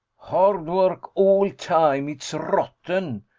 hard vork all time. it's rotten,